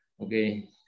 okay